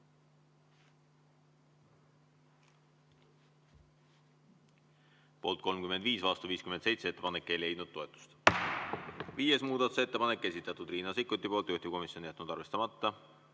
Poolt 35, vastu 57. Ettepanek ei leidnud toetust. Viies muudatusettepanek, esitanud Riina Sikkut. Juhtivkomisjon on jätnud arvestamata.